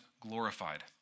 glorified